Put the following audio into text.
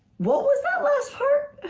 what was that last part?